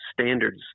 standards